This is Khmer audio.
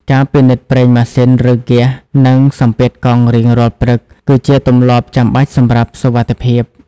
ការពិនិត្យប្រេងម៉ាស៊ីន ឬ ហ្គាស និងសម្ពាធកង់រៀងរាល់ព្រឹក គឺជាទម្លាប់ចាំបាច់សម្រាប់សុវត្ថិភាព។